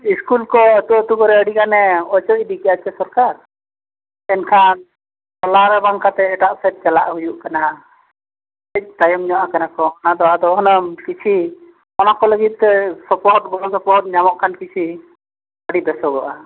school ᱠᱚ ᱟᱛᱳ ᱟᱛᱳ ᱠᱚᱨᱮ ᱟᱹᱰᱤᱜᱟᱱᱮ ᱚᱪᱚᱜ ᱤᱫᱤ ᱠᱮᱜᱼᱟ ᱥᱮ ᱥᱚᱨᱠᱟᱨ ᱮᱱᱠᱷᱟᱱ ᱦᱚᱞᱟᱨᱮ ᱵᱟᱝ ᱠᱟᱛᱮᱫ ᱮᱴᱟᱜ ᱥᱮᱫ ᱪᱟᱞᱟᱜ ᱦᱩᱭᱩᱜ ᱠᱟᱱᱟ ᱴᱷᱤᱠ ᱛᱟᱭᱚᱢ ᱧᱚᱜ ᱠᱟᱱᱟ ᱠᱚ ᱟᱫᱚ ᱟᱫᱚ ᱚᱱᱟ ᱠᱤᱪᱷᱤ ᱚᱱᱟ ᱠᱚ ᱞᱟᱹᱜᱤᱫ ᱛᱮ ᱥᱚᱯᱚᱦᱚᱫ ᱜᱚᱲᱚᱥᱚᱯᱚᱦᱚᱫ ᱧᱟᱢᱚᱜ ᱠᱟᱱ ᱠᱤᱪᱷᱤ ᱟᱹᱰᱤ ᱵᱮᱥᱚᱜᱚᱜᱼᱟ